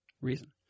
reason